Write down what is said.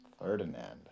Ferdinand